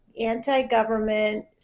anti-government